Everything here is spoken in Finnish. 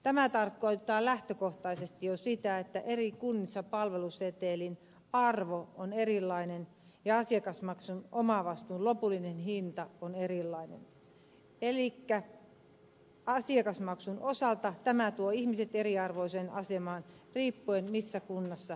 tämä tarkoittaa lähtökohtaisesti jo sitä että eri kunnissa palvelusetelin arvo on erilainen ja asiakasmaksun omavastuun lopullinen hinta on erilainen elikkä asiakasmaksun osalta tämä tuo ihmiset eriarvoiseen asemaan riippuen siitä missä kunnassa he asuvat